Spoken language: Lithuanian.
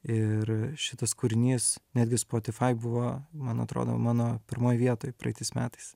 ir šitas kūrinys netgi spotify buvo man atrodo mano pirmoj vietoj praeitais metais